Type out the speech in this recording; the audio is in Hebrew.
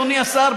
אדוני השר,